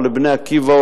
או לבני-עקיבא,